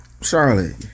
Charlotte